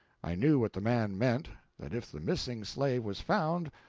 i knew what the man meant that if the missing slave was found,